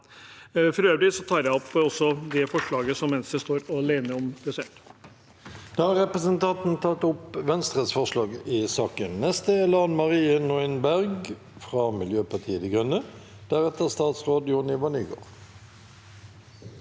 For øvrig tar jeg opp det forslaget som Venstre står alene om.